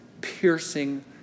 piercing